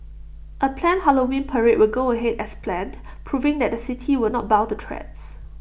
A planned Halloween parade will go ahead as planned proving that the city would not bow to threats